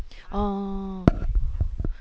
orh